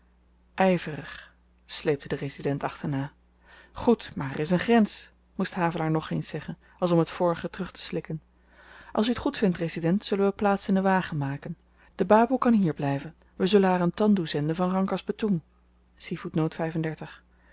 sleepte de resident achterna goed maar er is een grens moest havelaar nogeens zeggen als om t vorige terugteslikken als u t goed vindt resident zullen we plaats in den wagen maken de baboe kan hier blyven we zullen haar een tandoe zenden van rangkas betoeng